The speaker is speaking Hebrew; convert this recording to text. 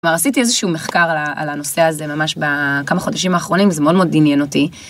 כבר עשיתי איזשהו מחקר על הנושא הזה ממש בכמה חודשים האחרונים זה מאוד מאוד עניין אותי.